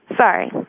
Sorry